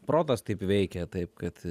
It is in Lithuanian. protas taip veikia taip kad